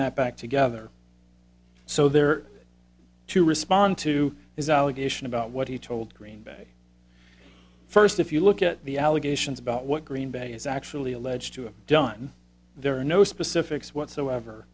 that back together so there to respond to his allegation about what he told green bay first if you look at the allegations about what green bay is actually alleged to have done there are no specifics whatsoever